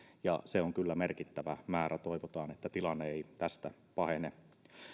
ja se on kyllä merkittävä määrä toivotaan että tilanne ei tästä pahene